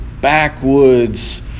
backwoods